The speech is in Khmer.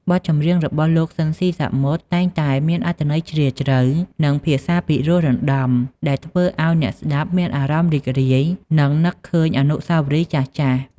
បទចម្រៀងរបស់លោក ស៊ីន ស៊ីសាមុត តែងតែមានអត្ថន័យជ្រាលជ្រៅ និងភាសាពិរោះរណ្ដំ ដែលធ្វើឱ្យអ្នកស្ដាប់មានអារម្មណ៍រីករាយ និងនឹកឃើញអនុស្សាវរីយ៍ចាស់ៗ។